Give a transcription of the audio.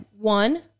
One